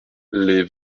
les